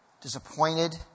disappointed